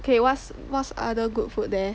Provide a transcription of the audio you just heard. okay what's what's other good food there